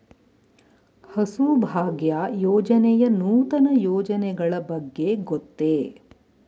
ಹಸುಭಾಗ್ಯ ಯೋಜನೆಯ ನೂತನ ಯೋಜನೆಗಳ ಬಗ್ಗೆ ಗೊತ್ತೇ?